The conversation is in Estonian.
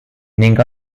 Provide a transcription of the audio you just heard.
ning